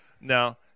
Now